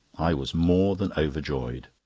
i was more than overjoyed.